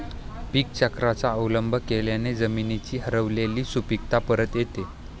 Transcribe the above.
पीकचक्राचा अवलंब केल्याने जमिनीची हरवलेली सुपीकता परत येते